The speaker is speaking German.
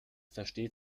versteht